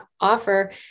offer